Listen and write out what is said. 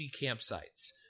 campsites